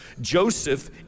Joseph